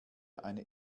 eine